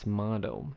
model